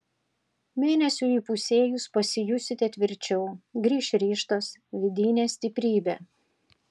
mėnesiui įpusėjus pasijusite tvirčiau grįš ryžtas vidinė stiprybė